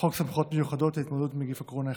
לחוק סמכויות מיוחדות להתמודדות עם נגיף הקורונה החדש.